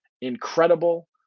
incredible